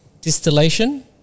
distillation